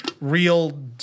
real